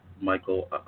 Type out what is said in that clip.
Michael